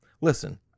Listen